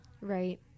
Right